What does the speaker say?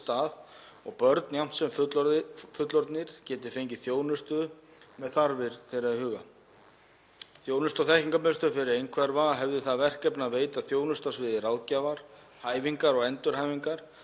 og börn jafnt sem fullorðnir geti fengið þjónustu með þarfir þeirra í huga. Þjónustu- og þekkingarmiðstöð fyrir einhverfa hefði það verkefni að veita þjónustu á sviði ráðgjafar, hæfingar og endurhæfingar